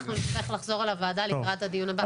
אנחנו נצטרך לחזור אל הוועדה לקראת הדיון הבא.